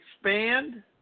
Expand